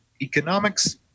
economics